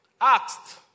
asked